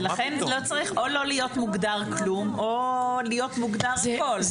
ולכן לא צריך או לא להיות מוגדר כלום או להיות מוגדר הכול.